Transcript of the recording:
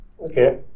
okay